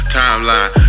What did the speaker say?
timeline